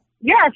Yes